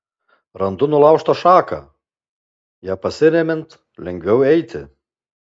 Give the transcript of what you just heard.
randu nulaužtą šaką ja pasiremiant lengviau eiti